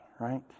right